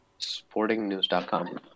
Sportingnews.com